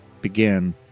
begin